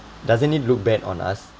doesn't it look bad on us